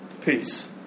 peace